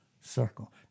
circle